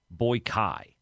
Boykai